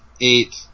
eight